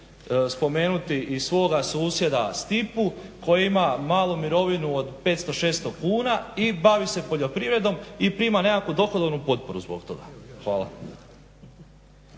spomenuti i svoga susjeda Stipu koji ima malu mirovinu od 500, 600 kuna i bavi se poljoprivredom i prima nekakvu dohodovnu potporu zbog toga. Hvala.